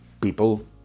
People